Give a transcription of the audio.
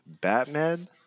Batman